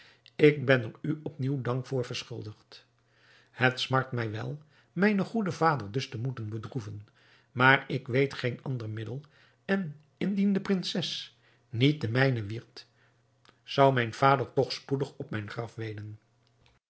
ik ben er u op nieuw dank voor verschuldigd het smart mij wel mijn goeden vader dus te moeten bedroeven maar ik weet geen ander middel en indien de prinses niet de mijne wierd zou mijn vader toch spoedig op mijn graf weenen